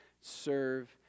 serve